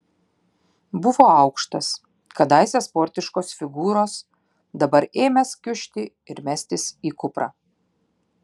buvo aukštas kadaise sportiškos figūros dabar ėmęs kiužti ir mestis į kuprą